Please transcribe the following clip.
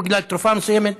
בגלל תרופה מסוימת,